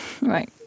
Right